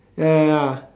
ya ya ya